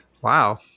Wow